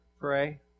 pray